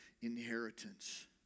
inheritance